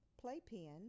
playpen